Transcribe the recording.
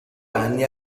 anni